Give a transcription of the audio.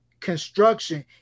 construction